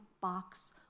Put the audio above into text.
box